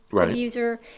abuser